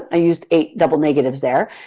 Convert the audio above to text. i used eight double negatives there.